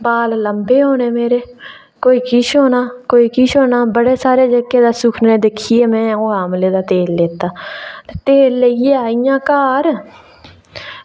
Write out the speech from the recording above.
बाल लम्बे होने मेरे कोई किश होना कोई किश होना बड़े सारे जेह्के तां सुखने दिक्खियै में ओह् आमले दा तेल लैत्ता तेल लेइयै आइयां घर